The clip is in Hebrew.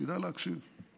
כדאי להקשיב.